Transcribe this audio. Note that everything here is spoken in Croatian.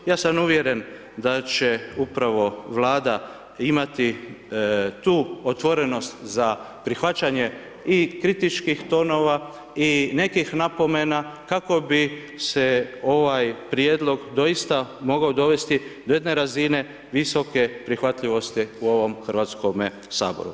Ja sam uvjeren, da će upravo Vlada imati tu otrovnost za prihvaćanje i kritičkih tonova i nekih napomena kako bi se ovaj prijedlog doista mogao dovesti do jedne razine, visoke prihvatljivosti u ovome Hrvatskome saboru.